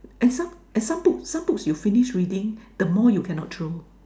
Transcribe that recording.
and some and some books some books you finish reading the more you cannot throw